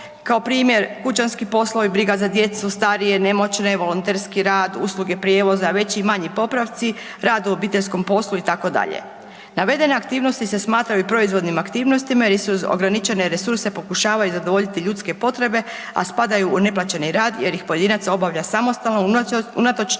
kao primjer kućanski poslovi, briga za djecu, starije, nemoćne, volonterski rad, usluge prijevoza, veći manji popravci, rad u obiteljskom poslu itd. Navedene aktivnosti se smatraju proizvodnim aktivnostima jer ograničene resurse pokušavaju zadovoljiti ljudske potrebe, a spadaju u neplaćeni rad jer ih pojedinac obavlja samostalno unatoč